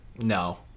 No